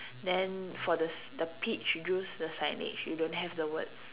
then for the the peach juice the signage you don't have the words